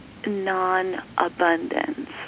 non-abundance